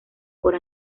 por